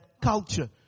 culture